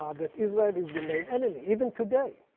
um that israel is the main enemy. even today,